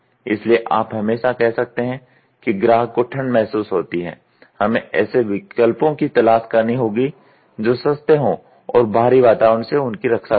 इसलिए आप हमेशा कह सकते हैं कि ग्राहक को ठंड महसूस होती है हमें ऐसे विकल्पों की तलाश करनी होगी जो सस्ते हो और बाहरी वातावरण से उनकी रक्षा कर सके